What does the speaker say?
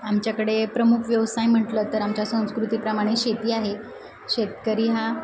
आमच्याकडे प्रमुख व्यवसाय म्हटलं तर आमच्या संस्कृतीप्रमाणे शेती आहे शेतकरी हा